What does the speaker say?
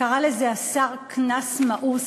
קרא לזה השר "קנס מאוס".